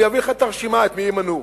אני אביא לך את הרשימה את מי ימנו.